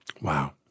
Wow